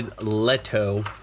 Leto